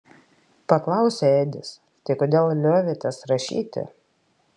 paklausė edis tai kodėl liovėtės rašyti